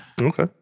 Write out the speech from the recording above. Okay